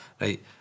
Right